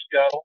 go